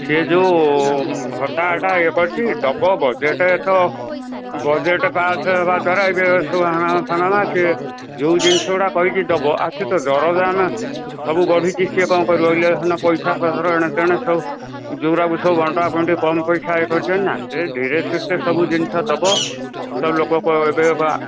ସିଏ ଯୋଉ ଭତ୍ତାଟା ଇଏ କରିଛି ଦେବ ବଜେଟ ତ ବଜେଟ ପାସ୍ ହେବା ଦ୍ୱାରା ଏବେ ସବୁ ସିଏ ଯୋଉ ଜିନିଷଗୁଡ଼ା କହିଛି ଦେବ ଅଛି ତ ଦରଦାମ ସବୁ ବଢ଼ିଛି ସିଏ କ'ଣ କରିବ ଇଲେକ୍ସନ୍ ପଇସା ପତ୍ର ଏଣେ ତେଣେ ସବୁ ଯୋଉଗୁଡ଼ାକୁ ସବୁ ବଣ୍ଟା ବଣ୍ଟି କମ ପଇସା କରିଛନ୍ତି ନା ସେ ଧୀରେ ସୁସ୍ଥେ ସବୁ ଜିନିଷ ଦେବ ସବୁ ଲୋକ ଏବେ